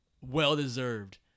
Well-deserved